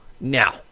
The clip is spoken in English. now